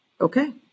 okay